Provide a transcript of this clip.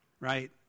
right